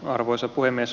arvoisa puhemies